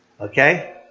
Okay